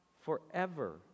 Forever